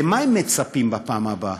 למה הם מצפים בפעם הבאה,